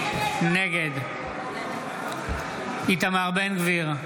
נגד איתמר בן גביר,